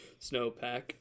snowpack